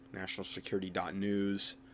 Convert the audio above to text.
nationalsecurity.news